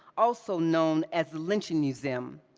also known as the lynching museum,